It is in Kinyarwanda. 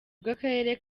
bw’akarere